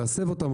להסב אותם,